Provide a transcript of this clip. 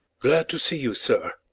glad to see you, sir.